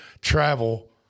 travel –